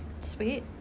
Sweet